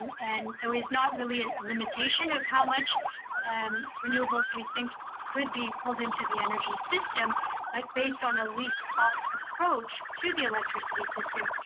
and so it's not really and and limitations of how much and renewable could we think could be pulled into the energy system but based on a least cost approach to the electricity system,